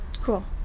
Cool